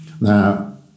Now